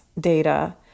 data